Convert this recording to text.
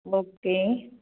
okay